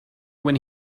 when